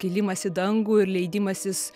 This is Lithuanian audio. kilimas į dangų ir leidimasis